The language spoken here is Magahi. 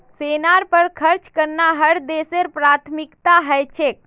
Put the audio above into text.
सेनार पर खर्च करना हर देशेर प्राथमिकता ह छेक